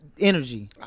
energy